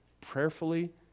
prayerfully